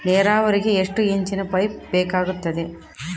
ನೇರಾವರಿಗೆ ಎಷ್ಟು ಇಂಚಿನ ಪೈಪ್ ಬೇಕಾಗುತ್ತದೆ?